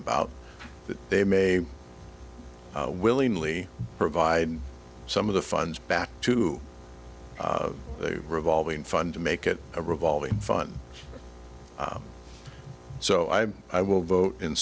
about that they may willingly provide some of the funds back to the revolving fund to make it a revolving fun so i'm i will vote in